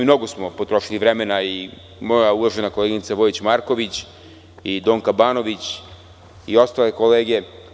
Mnogo smo potrošili vremena i moja uvažena koleginica Vojić Marković i Donka Banović i ostale kolege.